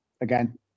again